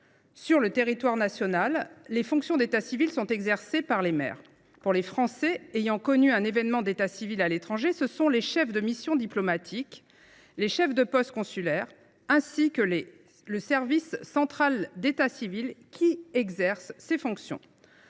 Sur le territoire national, les fonctions d’état civil sont exercées par les maires ; pour les Français ayant connu un événement d’état civil à l’étranger, elles relèvent des chefs de mission diplomatique, des chefs de poste consulaire ainsi que du service central d’état civil (SCEC). Ce projet